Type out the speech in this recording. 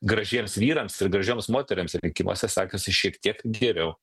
gražiems vyrams ir gražioms moterims rinkimuose sekasi šiek tiek geriau